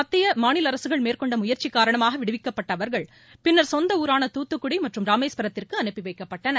மத்திய மாநில அரசுகள் மேற்கொண்ட முயற்சி காரணமாக விடுவிக்கப்பட்ட அவர்கள் பின்னர் சொந்த ஊரான தூத்துக்குடி மற்றும் ராமேஸ்வரத்திற்கு அனுப்பி வைக்கப்பட்டனர்